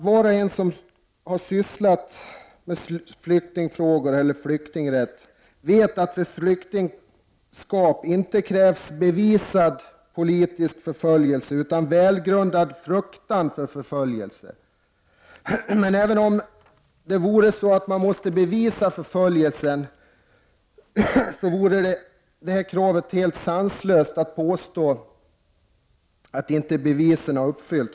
Var och en som sysslat med flyktingfrågor eller flyktingrätt vet att det för flyktingskap inte krävs bevisad politisk förföljelse utan enbart välgrundad fruktan för förföljelse. Men även om det ställs krav på att förföljelsen måste bevisas är det helt sanslöst att påstå att bevisen inte har säkerställts.